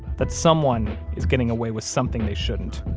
that someone is getting away with something they shouldn't.